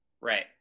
Right